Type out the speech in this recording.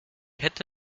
hätte